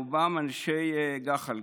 רובם אנשי גח"ל,